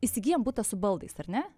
įsigyjam butą su baldais ar ne